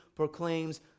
proclaims